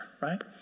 right